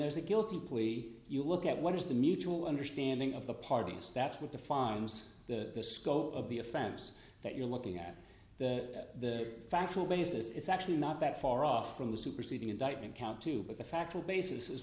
there's a guilty plea you look at what is the mutual understanding of the parties that's what defines the scope of the offense that you're looking at that the factual basis is actually not that far off from the superseding indictment count two but the factual basis